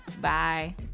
bye